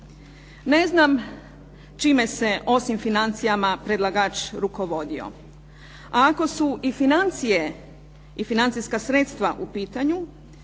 Ne znam čime se osim financijama predlagač rukovodio. A ako su i financije i financijska sredstva u pitanju,